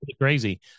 crazy